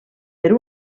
per